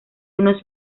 unos